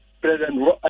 president